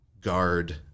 guard